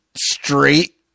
straight